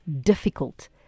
difficult